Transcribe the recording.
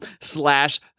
slash